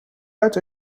uit